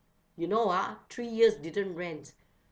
you know ah three years didn't rent